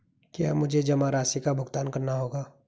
क्या मुझे जमा राशि का भुगतान करना होगा?